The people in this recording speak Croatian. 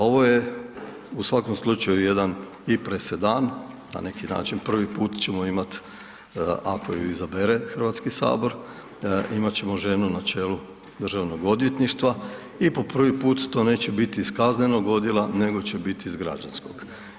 Ovo je u svakom slučaju jedan i presedan, na neki način, prvi put ćemo imati ako ju izabere HS imat ćemo ženu na čelu državnog odvjetništva i po prvi put to neće biti iz kaznenog odjela nego će biti iz građanskog.